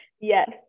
yes